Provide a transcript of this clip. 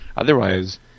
Otherwise